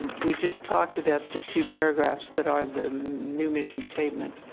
we just talked about the two paragraphs that are the new mission statement.